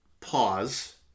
Pause